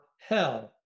hell